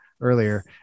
earlier